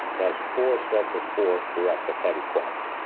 that's four sets of four reps of heavy squats.